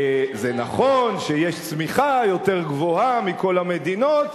זה נכון שיש צמיחה יותר גבוהה מבכל המדינות,